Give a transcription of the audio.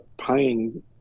paying